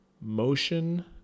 motion